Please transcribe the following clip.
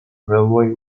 railway